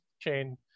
chain